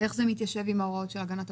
איך זה מתיישב עם ההוראות של הגנת הפרטיות?